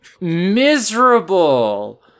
Miserable